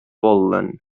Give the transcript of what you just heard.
pol·len